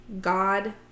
God